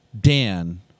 Dan